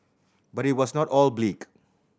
but it was not all bleak